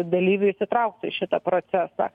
dalyvių įsitrauktų į šitą procesą